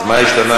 אז מה השתנה?